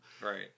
Right